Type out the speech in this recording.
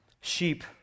sheep